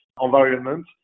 environment